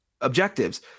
objectives